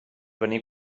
venir